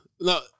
no